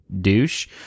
douche